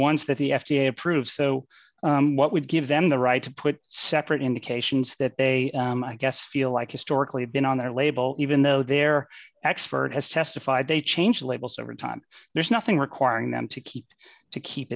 ones that the f d a approved so what would give them the right to put separate indications that they guess feel like historically had been on their label even though their expert has testified they change labels every time there's nothing requiring them to keep to keep